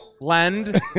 lend